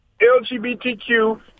LGBTQ